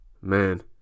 Man